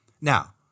Now